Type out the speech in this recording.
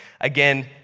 Again